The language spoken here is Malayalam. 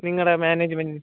നിങ്ങളുടെ മാനേജ്മെൻറിന്